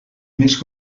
més